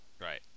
Right